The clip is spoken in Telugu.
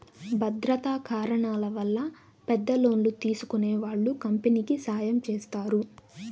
భద్రతా కారణాల వల్ల పెద్ద లోన్లు తీసుకునే వాళ్ళు కంపెనీకి సాయం చేస్తారు